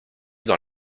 dans